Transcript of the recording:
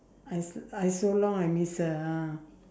I I so long I miss her ah